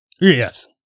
Yes